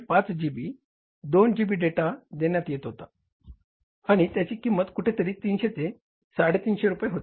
5 GB 2 GB data देण्यात येत होता आणि त्याची किंमत कुठेतरी 300 आणि 350 रुपये होती